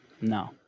No